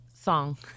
song